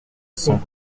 cent